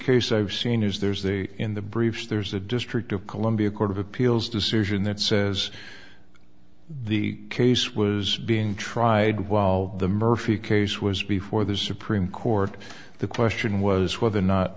case i've seen is there's a in the briefs there's a district of columbia court of appeals decision that says the case was being tried while the murphy case was before the supreme court the question was whether or not